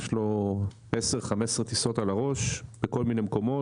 יש לו 10-15 טיסות על הראש בכל מיני מקומות,